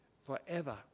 forever